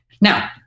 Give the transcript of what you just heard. Now